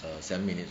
err seven minutes